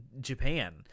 Japan